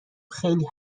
خیلی